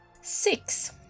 Six